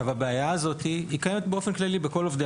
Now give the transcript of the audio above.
הבעיה הזו קיימת באופן כללי בכל עובדי